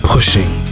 Pushing